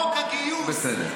חוק הגיוס,